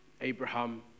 Abraham